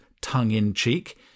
tongue-in-cheek